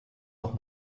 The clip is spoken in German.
noch